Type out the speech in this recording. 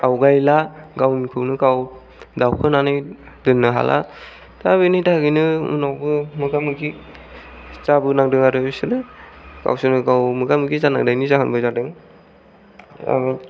आवगायला गावनिखौनो गाव दावखोनानै दोननो हाला दा बिनि थाखायनो उनावबो मोगा मोगि जाबो नांदों आरो बिसोरो गावसोरनो गाव मोगा मोगि जानांनायनि जाहोनबो जादों आरो